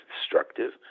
destructive